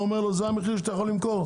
אומר לו שזה מחיר המקסימום שהוא יכול למכור?